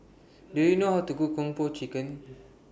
Do YOU know How to Cook Kung Po Chicken